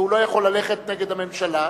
שהוא לא יכול ללכת נגד הממשלה,